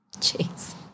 Jeez